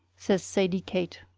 says sadie kate.